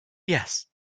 yes